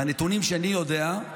מהנתונים שאני יודע,